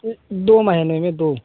उ दो महीने में दो